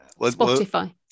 Spotify